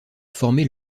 former